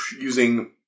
using